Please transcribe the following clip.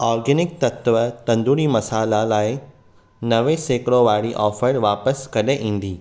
organic तत्व तंदूरी मसाला लाइ नवे सेकड़ेवारी ऑफ़र वापसि कॾहिं ईंदी